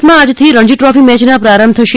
સુરતમાં આજથી રણજી ટ્રોફી મેચના પ્રારંભ થશે